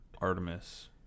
Artemis